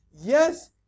Yes